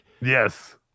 Yes